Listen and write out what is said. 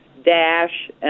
Dash